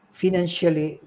financially